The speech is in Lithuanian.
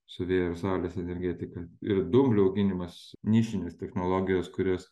su vėjo ir saulės energetika ir dumblių auginimas nišinės technologijos kurios